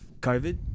COVID